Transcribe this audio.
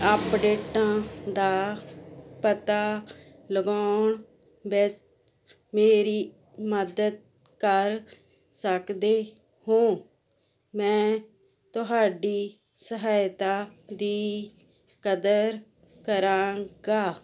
ਅਪਡੇਟਾਂ ਦਾ ਪਤਾ ਲਗਾਉਣ ਵਿੱਚ ਮੇਰੀ ਮਦਦ ਕਰ ਸਕਦੇ ਹੋ ਮੈਂ ਤੁਹਾਡੀ ਸਹਾਇਤਾ ਦੀ ਕਦਰ ਕਰਾਂਗਾ